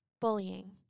Bullying